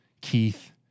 Keith